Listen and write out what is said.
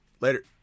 Later